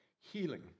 healing